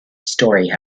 storey